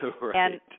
Right